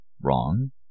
Wrong